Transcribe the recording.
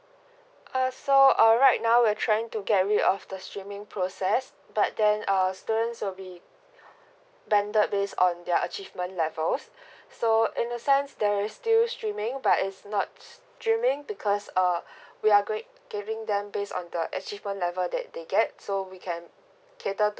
uh so uh right now we're trying to get rid of the streaming process but then err students will be banded based on their achievement levels so in the sense there is still streaming but it's not streaming because um we are grade giving them based on the achievement level that they get so we can cater to